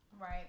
right